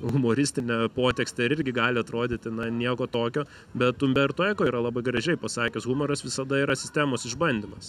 humoristinę potekstę irgi gali atrodyti na nieko tokio bet umberto eko yra labai gražiai pasakęs humoras visada yra sistemos išbandymas